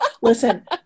Listen